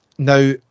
Now